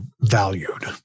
valued